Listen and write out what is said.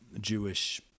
Jewish